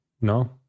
No